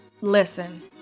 Listen